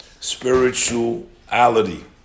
spirituality